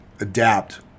adapt